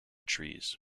trees